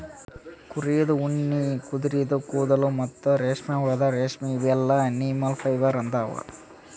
ಕುರಿದ್ ಉಣ್ಣಿ ಕುದರಿದು ಕೂದಲ ಮತ್ತ್ ರೇಷ್ಮೆಹುಳದ್ ರೇಶ್ಮಿ ಇವೆಲ್ಲಾ ಅನಿಮಲ್ ಫೈಬರ್ ಅವಾ